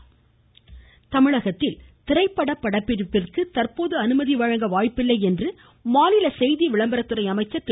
கடம்பூர் ராஜு தமிழகத்தில் திரைப்பட படப்பிடிப்பிற்கு தற்போது அனுமதி வழங்க வாய்ப்பில்லை என்று மாநில செய்தி விளம்பரத்துறை அமைச்சர் திரு